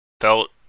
felt